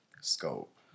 Scope